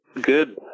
good